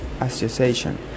Association